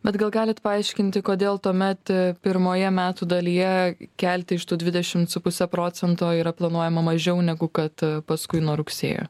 bet gal galit paaiškinti kodėl tuomet pirmoje metų dalyje kelti iš tų dvidešimt su puse procento yra planuojama mažiau negu kad paskui nuo rugsėjo